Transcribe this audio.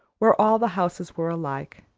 where all the houses were alike,